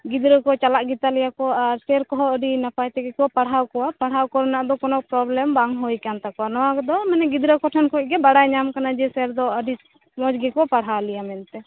ᱜᱤᱫᱽᱨᱟ ᱠᱚ ᱪᱟᱞᱟᱜ ᱜᱮᱛᱟᱞᱮᱭᱟ ᱠᱚ ᱟᱨ ᱥᱮᱨ ᱠᱚᱦᱚᱸ ᱟ ᱰᱤ ᱱᱟᱯᱟᱭ ᱛᱮᱜᱮᱠᱚ ᱯᱟᱲᱦᱟᱣ ᱠᱚᱣᱟ ᱯᱟᱲᱦᱟᱣ ᱠᱚᱨᱮᱱᱟᱜ ᱫᱚ ᱠᱚᱱᱳ ᱯᱨᱚᱵᱞᱮᱢ ᱵᱟᱝ ᱦᱩᱭ ᱠᱟᱱᱛᱟᱠᱚᱣᱟ ᱱᱚᱶᱟ ᱠᱚᱫᱚ ᱢᱟᱱᱮ ᱜᱤᱫᱽᱨᱟ ᱠᱚᱴᱷᱮᱱ ᱠᱷᱚᱡ ᱜᱮ ᱵᱟᱰᱟᱭ ᱧᱟᱢᱟᱠᱟᱱᱟ ᱡᱮ ᱥᱮᱨ ᱫᱚ ᱟᱹᱰᱤ ᱢᱚᱡᱽ ᱜᱮᱠᱚ ᱯᱟᱲᱦᱟᱣ ᱞᱮᱭᱟ ᱢᱮᱱᱛᱮ